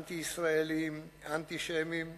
אנטי-ישראליים, אנטישמיים,